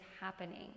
happening